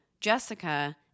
Jessica